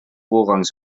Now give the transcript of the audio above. voorrang